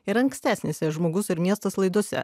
ir ankstesnėse žmogus ir miestas laidose